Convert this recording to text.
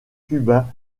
cubains